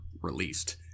released